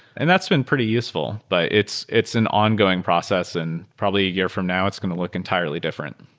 and that's been pretty useful, but it's it's an ongoing process and probably a year from now it's going to look entirely different.